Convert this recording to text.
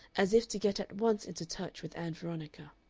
as if to get at once into touch with ann veronica.